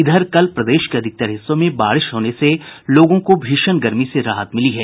इधर कल प्रदेश के अधिकतर हिस्सों में बारिश होने से लोगों को भीषण गर्मी से राहत मिली है